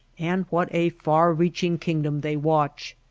and what a far-reaching kingdom they watch!